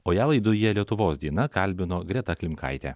o ją laidoje lietuvos diena kalbino greta klimkaitė